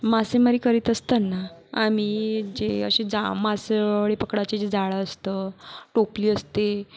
मासेमारी करीत असताना आम्ही एक जे असे जा मासोळी पकडायचे जे जाळं असतं टोपली असते